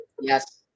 Yes